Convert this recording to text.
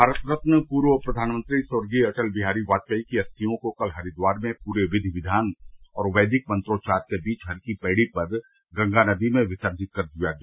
भारत रत्न पूर्व प्रधानमंत्री स्वर्गीय अटल बिहारी वाजपेयी की अस्थियों को कल हरिद्वार में पूरे विधि विद्यान और वैदिक मंत्रोच्चार के बीच हर की पैड़ी पर गंगा नदी में विसर्जित कर दिया गया